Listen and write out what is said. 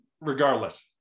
regardless